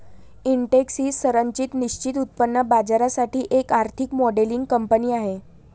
Intex ही संरचित निश्चित उत्पन्न बाजारासाठी एक आर्थिक मॉडेलिंग कंपनी आहे